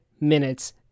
Minutes